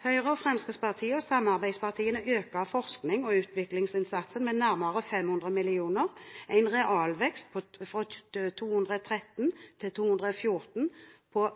Høyre, Fremskrittspartiet og samarbeidspartiene øker forsknings- og utviklingsinnsatsen med nærmere 500 mill. kr, en realvekst fra 2013 til 2014 på